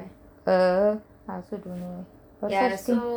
uh I also don't know but so